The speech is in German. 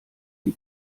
die